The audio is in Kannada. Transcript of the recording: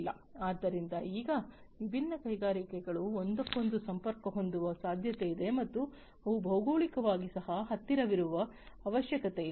ಆದ್ದರಿಂದ ಈಗ ವಿಭಿನ್ನ ಕೈಗಾರಿಕೆಗಳು ಒಂದಕ್ಕೊಂದು ಸಂಪರ್ಕ ಹೊಂದುವ ಸಾಧ್ಯತೆಯಿದೆ ಮತ್ತು ಅವು ಭೌಗೋಳಿಕವಾಗಿ ಸಹ ಹತ್ತಿರವಿರುವ ಅವಶ್ಯಕತೆ ಇಲ್ಲ